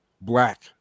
black